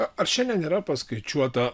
ar šiandien yra paskaičiuota